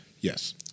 yes